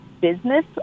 business